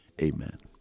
Amen